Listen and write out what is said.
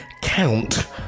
count